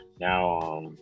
now